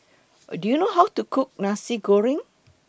Do YOU know How to Cook Nasi Goreng